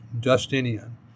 Justinian